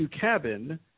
cabin